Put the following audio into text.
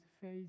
face